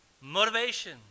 motivation